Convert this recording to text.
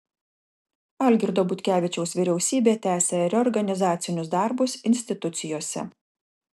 algirdo butkevičiaus vyriausybė tęsią reorganizacinius darbus institucijose